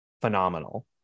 phenomenal